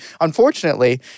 Unfortunately